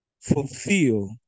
fulfill